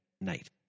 night